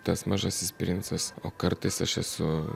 tas mažasis princas o kartais aš esu